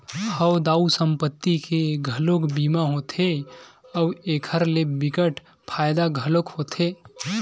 हव दाऊ संपत्ति के घलोक बीमा होथे अउ एखर ले बिकट फायदा घलोक होथे